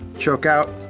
choke out.